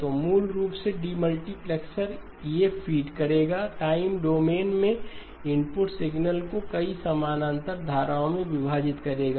तो मूल रूप से डीमल्टीप्लेक्सर ये फ़ीड करेगा टाइम डोमेन में इनपुट सिग्नल को कई समानांतर धाराओं में विभाजित करेगा